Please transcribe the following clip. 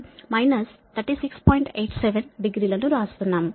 87 డిగ్రీలను వ్రాస్తున్నాము